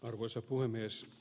arvoisa puhemies